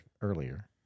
earlier